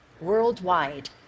worldwide